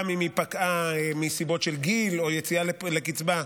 גם אם היא פקעה מסיבות של גיל או יציאה לקצבה,